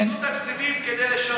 רוצים תקציבים כדי לשרת,